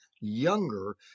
younger